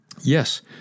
Yes